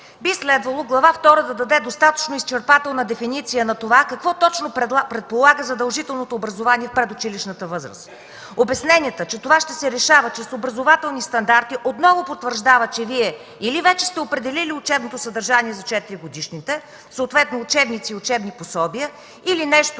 Би следвало Глава втора да даде достатъчно изчерпателна дефиниция на това какво точно предполага задължителното образование в предучилищната възраст. Обясненията, че това ще се решава чрез образователни стандарти отново потвърждава, че Вие или вече сте определили учебното съдържание за 4-годишните, съответно учебници и учебни пособия, или нещо,